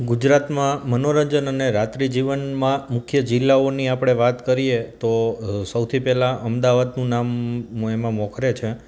ગુજરાતમાં મનોરંજન અને રાત્રિ જીવનમાં મુખ્ય જિલ્લાઓની આપણે વાત કરીએ તો સૌથી પહેલાં અમદાવાદનું નામ હું એમાં મોખરે છે